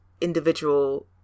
individual